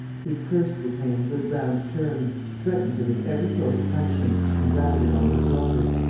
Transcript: he cursed lupin in good round terms, threatened him with every sort of punishment and rounded on his daughter